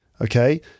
Okay